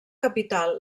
capital